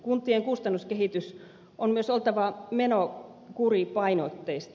kuntien kustannuskehityksen on myös oltava menokuripainotteista